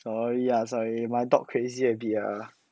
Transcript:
sorry ah sorry my dog crazy a bit ah